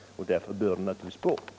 Därför bör det bort.